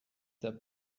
der